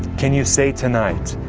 can you say tonight,